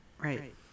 right